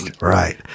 right